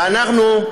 ואנחנו,